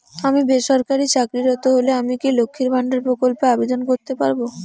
আমি বেসরকারি চাকরিরত হলে আমি কি লক্ষীর ভান্ডার প্রকল্পে আবেদন করতে পারব?